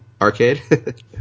Arcade